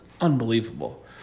unbelievable